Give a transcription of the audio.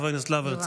חבר הכנסת הרצנו,